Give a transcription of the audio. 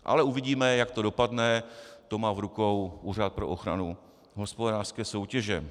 Ale uvidíme, jak to dopadne, to má v rukou Úřad pro ochranu hospodářské soutěže.